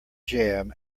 jam